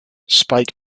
spike